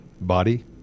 body